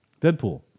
Deadpool